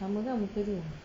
sama kan muka dia